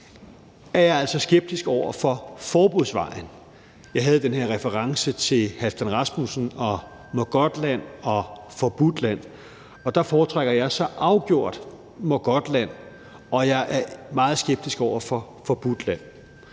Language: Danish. nr. B 164, skeptisk over for forbudsvejen. Jeg havde den her reference til Halfdan Rasmussen og Mågodtland og Forbudtland, over der foretrækker jeg så afgjort Mågodtland, og jeg er meget skeptisk over for Forbudtland.